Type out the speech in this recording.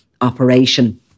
operation